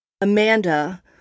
Amanda